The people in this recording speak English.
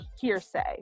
hearsay